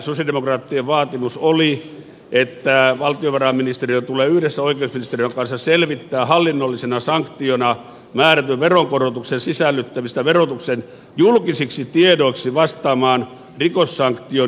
tämä sosialidemokraattien vaatimus oli että valtiovarainministeriön tulee yhdessä oikeusministeriön kanssa selvittää hallinnollisena sanktiona määrätyn veronkorotuksen sisällyttämistä verotuksen julkisiksi tiedoiksi vastaamaan rikossanktion julkisuutta